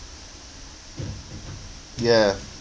ya